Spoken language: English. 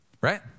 Right